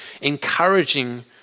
encouraging